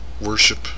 worship